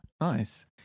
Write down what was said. Nice